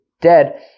dead